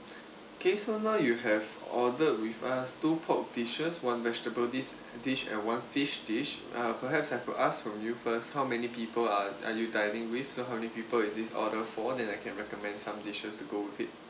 okay so now you have ordered with us two pork dishes one vegetable dish dish and one fish dish uh perhaps have to ask from you first how many people are are you dining with so how many people is this order for then I can recommend some dishes to go with it